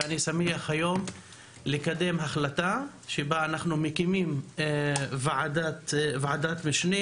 ואני שמח היום לקדם החלטה שבה אנחנו מקימים ועדת משנה